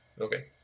Okay